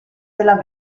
della